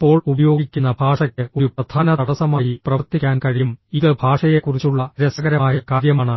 അപ്പോൾ ഉപയോഗിക്കുന്ന ഭാഷയ്ക്ക് ഒരു പ്രധാന തടസ്സമായി പ്രവർത്തിക്കാൻ കഴിയും ഇത് ഭാഷയെക്കുറിച്ചുള്ള രസകരമായ കാര്യമാണ്